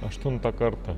aštuntą kartą